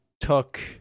took